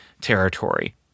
territory